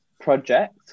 project